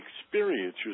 experience